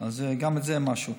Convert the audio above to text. אז גם זה משהו.